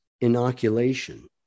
inoculation